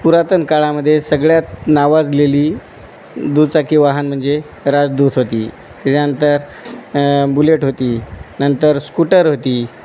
पुरातन काळामध्ये सगळ्यात नावाजलेली दुचाकी वाहन म्हणजे राजदूत होती त्याच्यानंतर बुलेट होती नंतर स्कूटर होती